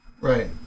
Right